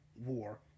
War